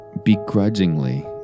Begrudgingly